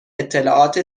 اطلاعات